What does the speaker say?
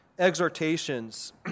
exhortations